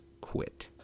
quit